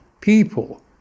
people